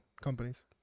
companies